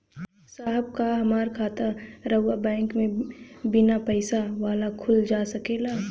साहब का हमार खाता राऊर बैंक में बीना पैसा वाला खुल जा सकेला?